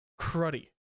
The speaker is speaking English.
cruddy